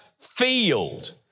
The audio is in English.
field